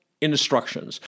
instructions